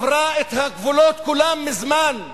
עברה את הגבולות כולם מזמן.